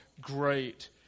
great